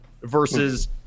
versus